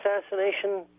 assassination